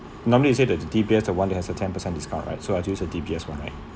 normally you say the D_B_S the one that has a ten percent discount right so I just use a D_B_S one right